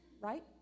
right